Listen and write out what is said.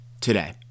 today